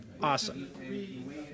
awesome